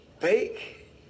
fake